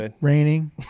raining